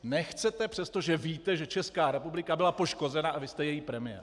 Nechcete, přestože víte, že Česká republika byla poškozena, a vy jste její premiér.